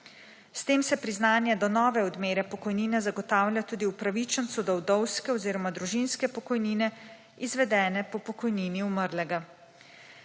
S tem se priznanje do nove odmere pokojnine zagotavlja tudi upravičencu do vdovske oziroma družinske pokojnine, izvedene po pokojnini umrlega.